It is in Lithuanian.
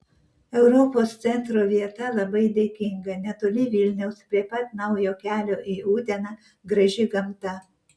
europos centro vieta labai dėkinga netoli vilniaus prie pat naujo kelio į uteną graži gamta